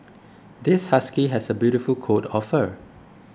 this husky has a beautiful coat of fur